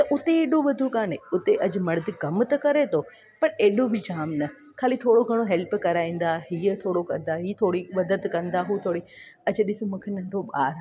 त उते एॾो वधो कोन्हे उते अॼु मर्द कमु त करे थो पर एॾो बि जामु न ख़ाली थोरो घणो हैल्प कराईंदा हीउ थोड़ो कंदा ई थोरी मदद कंदा हूं थोरी अॼु ॾिसि मूंखे नंढो ॿारु आहे